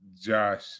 Josh